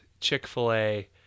chick-fil-a